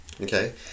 okay